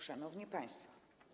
Szanowni Państwo!